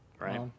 Right